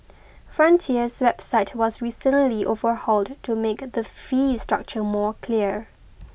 frontier's website was recently overhauled to make the fee structure more clear